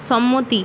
সম্মতি